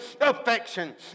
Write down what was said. affection